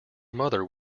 mother